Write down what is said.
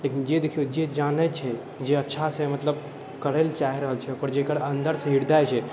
लेकिन देखिऔ जे जानै छै जे अच्छासँ मतलब करैलए चाहि रहल छै ओकर जकर अन्दरसँ हृदय छै